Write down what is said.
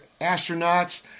astronauts